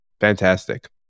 Fantastic